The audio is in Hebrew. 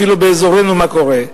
אפילו באזורנו מה קורה,